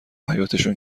حیاطشون